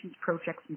projects